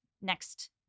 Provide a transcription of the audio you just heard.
next